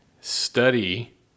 study